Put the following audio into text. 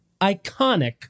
iconic